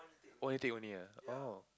one intake only ah oh